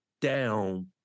down